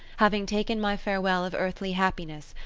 having taken my farewell of earthly happiness,